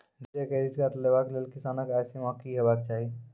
Debit या credit card लेवाक लेल किसानक आय सीमा की हेवाक चाही?